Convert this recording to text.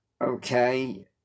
okay